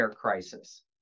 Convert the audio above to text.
crisis